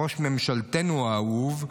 ראש ממשלתנו האהוב,